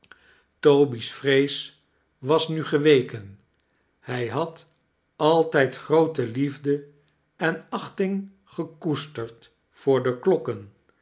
toby's vrees was mi geweken hij liad altijd groote liefde en achting gekoesteixl voor de klokken